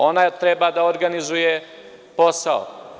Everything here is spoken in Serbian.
Ona je trebala da organizuje posao.